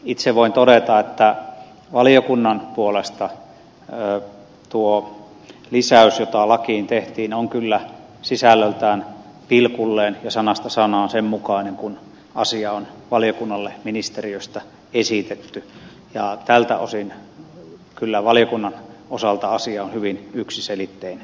itse voin todeta että valiokunnan puolesta tuo lisäys joka lakiin tehtiin on kyllä sisällöltään pilkulleen ja sanasta sanaan sen mukainen kuin asia on valiokunnalle ministeriöstä esitetty ja tältä osin kyllä valiokunnan osalta asia on hyvin yksiselitteinen